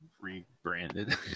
rebranded